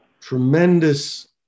tremendous